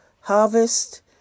harvest